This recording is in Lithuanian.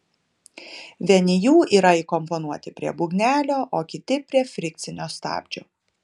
vieni jų yra įkomponuoti prie būgnelio o kiti prie frikcinio stabdžio